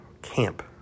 Camp